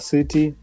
City